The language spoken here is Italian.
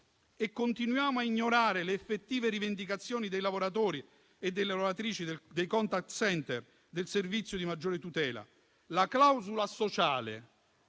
Continuiamo a ignorare le effettive rivendicazioni dei lavoratori e delle lavoratrici dei *contact center* del servizio di maggiore tutela. La clausola sociale